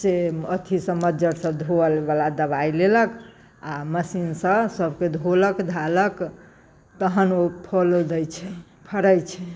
से अथि सभ मज्जर सभ धोअल बला दवाइ लेलक आ मशीनसँ सभकेँ धोलक धालक तहन ओ फलो दे छै फड़ैत छै